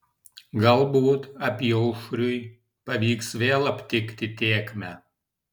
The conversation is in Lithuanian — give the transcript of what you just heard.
galbūt apyaušriui pavyks vėl aptikti tėkmę